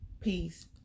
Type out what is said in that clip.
Peace